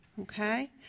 okay